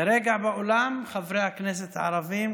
כרגע באולם חברי הכנסת הערבים,